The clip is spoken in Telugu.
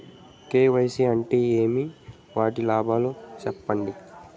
కె.వై.సి అంటే ఏమి? వాటి లాభాలు సెప్పండి?